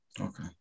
okay